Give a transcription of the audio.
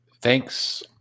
Thanks